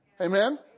Amen